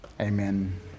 Amen